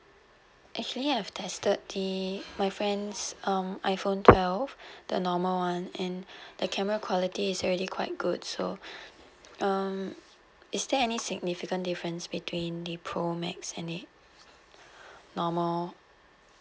actually I have tested the my friends um iphone twelve the normal [one] and the camera quality is really quite good so um is there any significant difference between the pro max and the normal